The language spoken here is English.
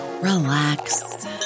relax